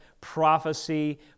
prophecy